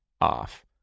off